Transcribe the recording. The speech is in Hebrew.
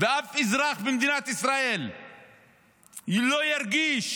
ואף אזרח במדינת ישראל לא ירגיש